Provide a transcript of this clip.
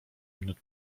minut